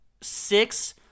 six